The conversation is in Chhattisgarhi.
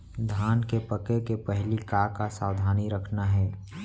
धान के पके के पहिली का का सावधानी रखना हे?